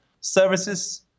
Services